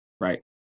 right